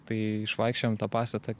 tai išvaikščiojom tą pastatą